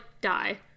die